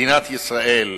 מדינת ישראל,